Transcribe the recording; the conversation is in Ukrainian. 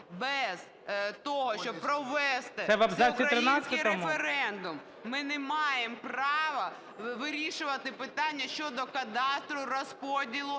Н.Ю. ...всеукраїнський референдум, ми не маємо права вирішувати питання щодо кадастру, розподілу